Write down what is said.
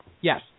Yes